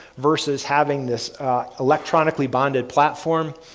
versus having this electronically bonded platform.